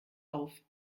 auf